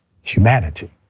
Humanity